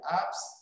apps